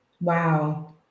Wow